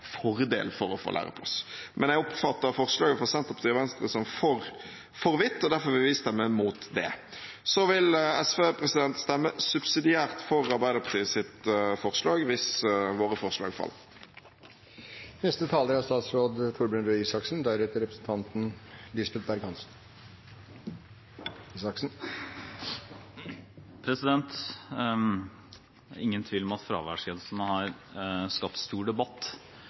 fordel for å få læreplass. Men jeg oppfatter forslaget fra Senterpartiet og Venstre som for vidt, derfor vil vi stemme imot det. Så vil SV stemme subsidiært for Arbeiderpartiets forslag, hvis våre forslag faller. Det er ingen tvil om at fraværsgrensen har skapt stor debatt.